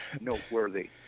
noteworthy